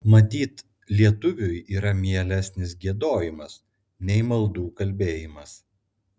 matyt lietuviui yra mielesnis giedojimas nei maldų kalbėjimas